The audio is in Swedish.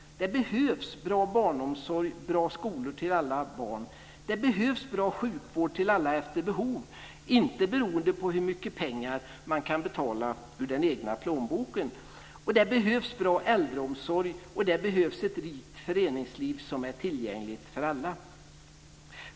Det behövs bra barnomsorg och bra skolor till alla barn. Det behövs bra sjukvård till alla efter behov och inte beroende på hur mycket pengar man kan betala ur den egna plånboken. Det behövs bra äldreomsorg och ett rikt föreningsliv som är tillgängligt för alla.